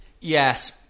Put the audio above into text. yes